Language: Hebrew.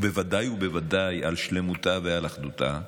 ובוודאי ובוודאי על שלמותה ועל אחדותה,